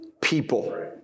people